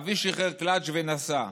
אבי שחרר קלאץ' ונסע.